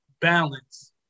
balance